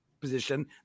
position